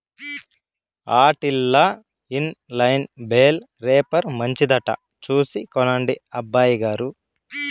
ఆటిల్ల inline bale wrapper మంచిదట చూసి కొనండి అబ్బయిగారు